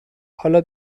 حالا